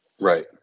Right